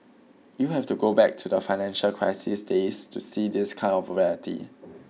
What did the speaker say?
you have to go back to the financial crisis days to see this kind of